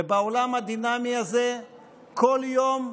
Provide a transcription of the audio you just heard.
ובעולם הדינמי הזה בכל יום,